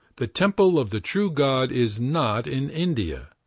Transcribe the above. the temple of the true god is not in india.